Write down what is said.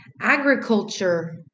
agriculture